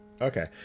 okay